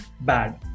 bad